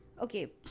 Okay